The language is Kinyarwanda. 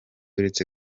uretse